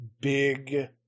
big